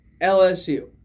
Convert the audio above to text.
LSU